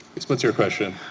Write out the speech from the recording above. what's what's your question?